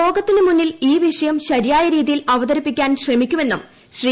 ലോകത്തിന് മുന്നിൽ ഈ വിഷയം ശരിയായ രീതിയിൽ അവതരിപ്പിക്കാൻ ശ്രമിക്കുമെന്നും ശ്രീ